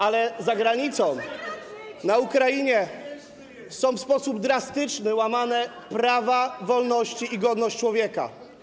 ale za granicą, na Ukrainie są w sposób drastyczny łamane prawa, wolności i godność człowieka.